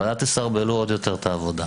אבל אל תסרבלו עוד יותר את העבודה.